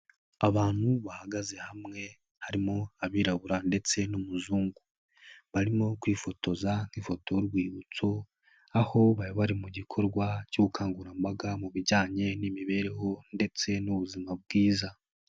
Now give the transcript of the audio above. Abantu bahagaze hamwe, harimo abirabura ndetse n'umuzungu. Barimo kwifotoza ifoto y'urwibutso, aho bari mu gikorwa cy'ubukangurambaga mu bijyanye n'imibereho ndetse n'ubuzima bwiza.